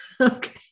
okay